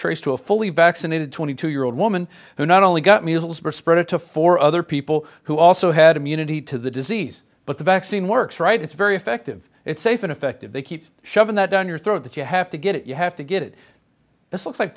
traced to a fully vaccinated twenty two year old woman who not only got meals or spread it to four other people who also had immunity to the disease but the vaccine works right it's very effective it's safe and effective they keep shoving that down your throat that you have to get it you have to get it this looks like